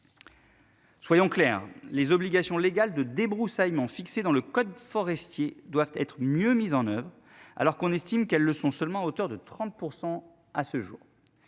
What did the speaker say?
Soyons clairs, les obligations légales de débroussaillement fixés dans le code forestier doivent être mieux mises en oeuvre alors qu'on estime qu'elles le sont seulement à hauteur de 30% à ce jour.